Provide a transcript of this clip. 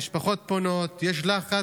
המשפחות פונות, יש לחץ.